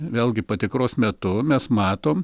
vėlgi patikros metu mes matom